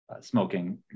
smoking